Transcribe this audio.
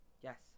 Yes